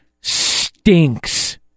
stinks